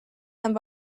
and